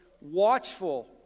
watchful